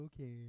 okay